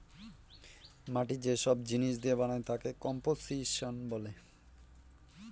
মাটি যে সব জিনিস দিয়ে বানায় তাকে কম্পোসিশন বলে